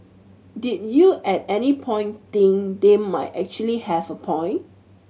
did you at any point think they might actually have a point